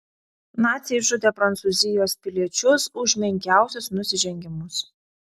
naciai žudė prancūzijos piliečius už menkiausius nusižengimus